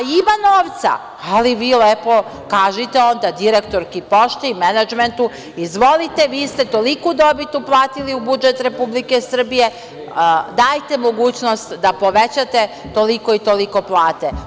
Ima novca, ali vi lepo kažite, direktorki pošte i menadžmentu, izvolite vi ste uplatili toliku dobit u budžet Republike Srbije, dajte mogućnost i povećajte toliko i toliko plate.